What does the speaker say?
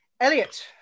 Elliot